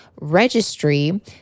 Registry